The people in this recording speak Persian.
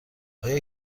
آیا